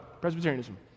Presbyterianism